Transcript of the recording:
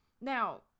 Now